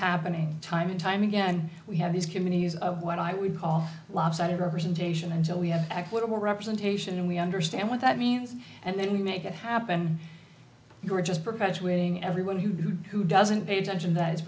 happening time and time again we have these communities of what i would call lopsided representation until we have equitable representation and we understand what that means and then we make it happen you are just perpetuating everyone who doesn't pay attention that i